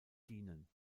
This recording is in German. dienen